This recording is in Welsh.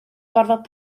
gorfod